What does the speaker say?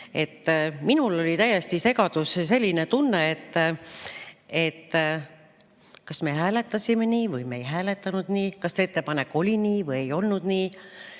Minul oli täiesti segadus ja selline tunne, et kas me hääletasime nii või me ei hääletanud nii, kas see ettepanek oli nii või ei olnud nii.